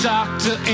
Doctor